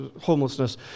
homelessness